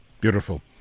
Beautiful